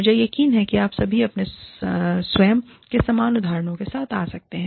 मुझे यकीन है आप सभी अपने स्वयं के समान उदाहरणों के साथ आ सकते हैं